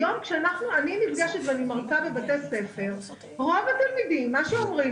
היום כשאני מרצה בבתי ספר ואני נפגשת עם התלמידים,